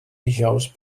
dijous